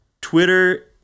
Twitter